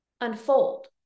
unfold